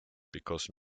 because